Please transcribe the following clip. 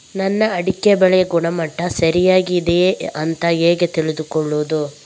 ನನ್ನ ಅಡಿಕೆ ಬೆಳೆಯ ಗುಣಮಟ್ಟ ಸರಿಯಾಗಿ ಇದೆಯಾ ಅಂತ ಹೇಗೆ ತಿಳಿದುಕೊಳ್ಳುವುದು?